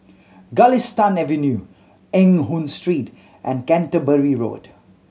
Galistan Avenue Eng Hoon Street and Canterbury Road